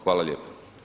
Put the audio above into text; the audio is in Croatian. Hvala lijepo.